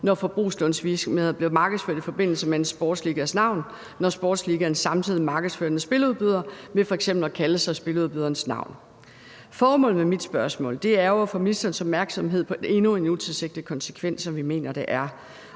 når et forbrugslån bliver markedsført i forbindelse med en sportsligas navn, når sportsligaen samtidig markedsfører en spiludbyder ved f.eks. at kalde sig spiludbydernes navn. Formålet med mit spørgsmål er jo at få ministerens opmærksomhed rettet mod endnu en utilsigtet konsekvens, som vi mener der er,